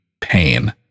pain